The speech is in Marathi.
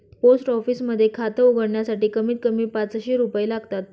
पोस्ट ऑफिस मध्ये खात उघडण्यासाठी कमीत कमी पाचशे रुपये लागतात